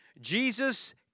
Jesus